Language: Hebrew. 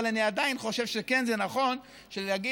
אבל אני עדיין חושב שזה כן נכון להגיד,